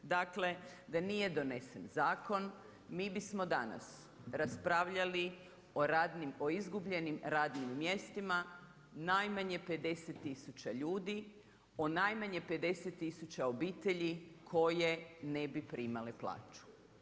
Dakle, da nije donesen zakon, mi bismo danas, raspravljali o izgubljenim radnim mjestima, najmanje 50 tisuća ljudi, o najmanje 50 tisuća obitelji koje ne bi primale plaću.